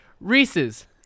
Reese's